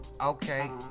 Okay